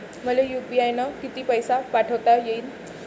मले यू.पी.आय न किती पैसा पाठवता येईन?